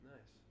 Nice